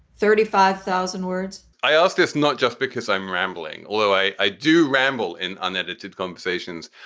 thirty five thousand words i ask this not just because i'm rambling, although i do ramble and unedited conversations.